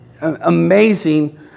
amazing